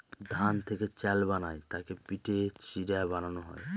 ধান থেকে চাল বানায় তাকে পিটে চিড়া বানানো হয়